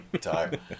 time